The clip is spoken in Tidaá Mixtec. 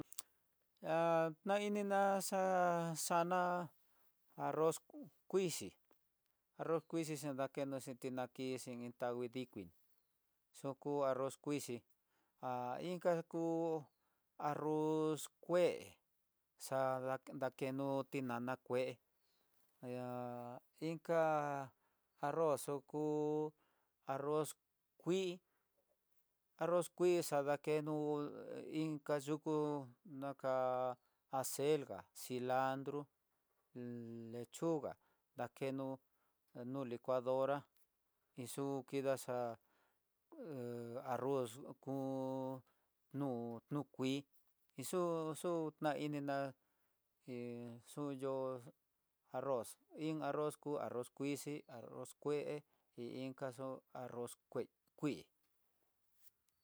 Ña nainina xa'á xana arroz kuixhii, arroz kuxhii xnakeno tinankin tanguidikin, xoku arroz kuixhi, há inka tu arroz kué a dakeno tinana kué há inka arro xuku arroz kui xadakeno, inka yuku naka aserga, cilandro lechuga dakeno no licuadora iin xu kidaxa arroz kú nu nu kuii inxu xu nainina iin xu yó arroz, iin arroz ku, arroz kuixhii, arroz kué, he inkaxu arroz kui.